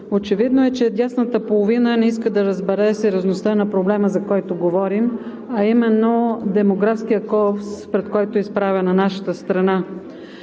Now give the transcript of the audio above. Очевидно е, че дясната половина не иска да разбере сериозността на проблема, за който говорим, а именно демографският колапс, пред който е изправена нашата страна.